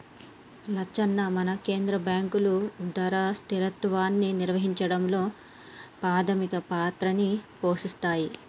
లచ్చన్న మన కేంద్ర బాంకులు ధరల స్థిరత్వాన్ని నిర్వహించడంలో పాధమిక పాత్రని పోషిస్తాయి